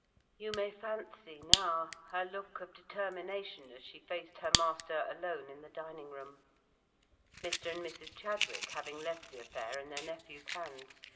you may fancy, now, her look of determination as she faced her master alone in the dining-room mr. and mrs. chadwick having left the affair in their nephew's hands,